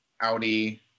Audi